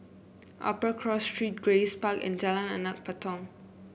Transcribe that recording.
Upper Cross Street Grace Park and Jalan Anak Patong